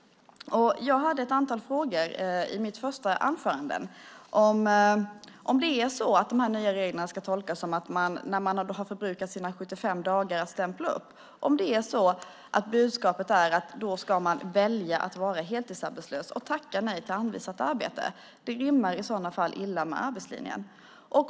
Jag hade ett antal frågor i mitt första inlägg. Om budskapet i de nya reglerna ska tolkas så att man, när man förbrukat sina 75 dagar att stämpla, ska välja att vara heltidsarbetslös och tacka nej till anvisat arbete rimmar det i så fall illa med arbetslinjen.